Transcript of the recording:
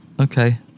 Okay